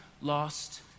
lost